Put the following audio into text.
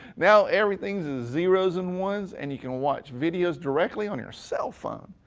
now, everything is is zeros and ones, and you can watch videos directly on your cell phone.